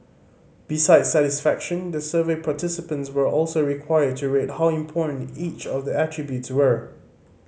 besides satisfaction the survey participants were also required to rate how important each of the attributes were